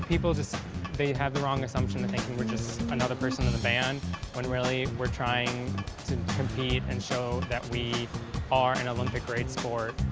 people just they have the wrong assumption that thinking we're just another person in the band when really we're trying to compete and show so that we are an olympic great sport.